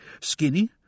skinny